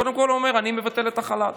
קודם כול הוא אומר: אני מבטל את החל"ת,